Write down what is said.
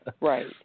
Right